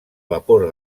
vapor